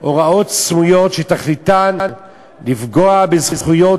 גם הוראות סמויות שתכליתן לפגוע בזכויות